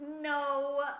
No